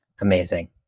Amazing